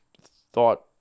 thought